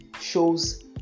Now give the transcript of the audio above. shows